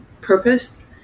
purpose